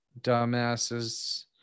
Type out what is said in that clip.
dumbasses